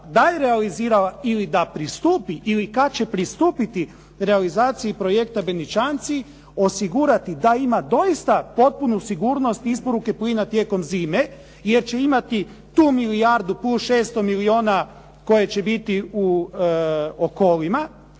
dalje realizirala ili da pristupi, ili kada će pristupiti realizaciji projekta Benićanci osigurati da ima doista potpunu sigurnost isporuke plina tijekom zime, jer će imati tu milijardu plus 600 milijuna koje će biti u Okolima.